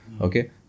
Okay